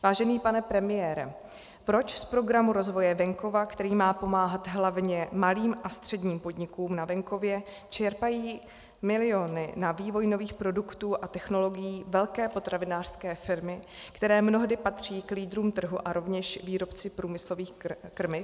Vážený pane premiére, proč z Programu rozvoje venkova, který má pomáhat hlavně malým a středním podnikům na venkově, čerpají miliony na vývoj nových produktů a technologií velké potravinářské firmy, které mnohdy patří k lídrům trhu, a rovněž výrobci průmyslových krmiv?